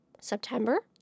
September